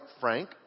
frank